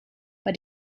bei